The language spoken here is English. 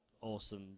awesome